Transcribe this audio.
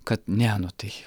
kad ne nu tai